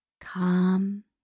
calm